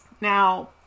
Now